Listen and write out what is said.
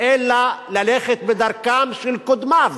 אלא ללכת בדרכם של קודמיו